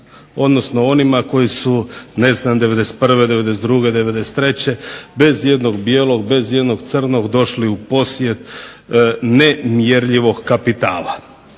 odnosno onima koji su ne znam '91., '92., '93. bez ijednog bijelog i bez ijednog crnog došli u posjed nemjerljivog kapitala.